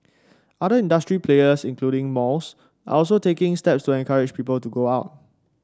other industry players including malls are also taking steps to encourage people to go out